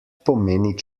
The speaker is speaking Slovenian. pomeni